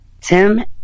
Tim